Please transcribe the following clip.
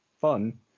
fun